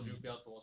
mm